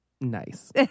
nice